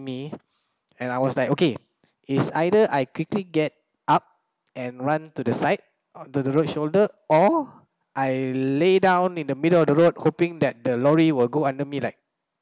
me and I was like okay it's either I quickly get up and run to the side of the road shoulder or I lay down in the middle of the road hoping that the lorry will go under me like